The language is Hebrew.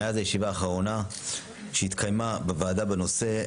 מאז הישיבה האחרונה שהתקיימה בוועדה בנושא,